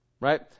right